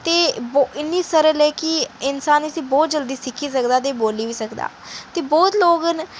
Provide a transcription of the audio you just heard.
ते ओह् इन्नी सरल ऐ कि इन्सान इसी बहुत जल्दी सिक्खी सकदा ऐ ते बोल्ली बी सकदा ते बहुत लोक न